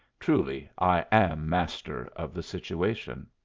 truly, i am master of the situation!